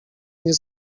nie